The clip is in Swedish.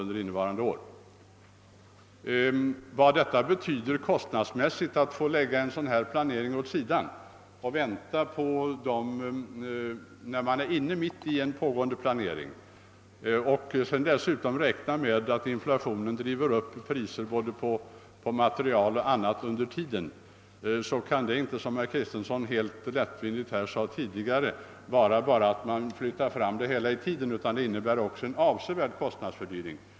Vad betyder det kostnadsmässigt att få avbryta pågående planering i ett sådant fall, varvid man dessutom får räkna med att inflationen driver upp priserna på material och annat under mellantiden? Det innebär inte bara, såsom herr Kristenson tidigare lättvindigt sade, att man skjuter upp projektet i tiden utan även att man får en avsevärd kostnadsfördyring.